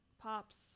Pops